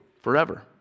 Forever